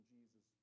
Jesus